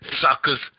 suckers